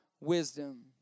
wisdom